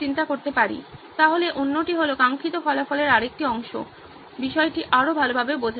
সুতরাং অন্যটি হলো কাঙ্ক্ষিত ফলাফলের আরেকটি অংশ হল বিষয়টি আরও ভালভাবে বোঝা